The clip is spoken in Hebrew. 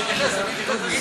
אני אתייחס, אני אתייחס.